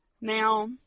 Now